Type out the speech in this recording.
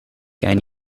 can